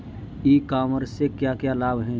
ई commerce से क्या क्या लाभ हैं?